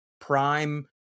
prime